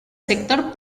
sector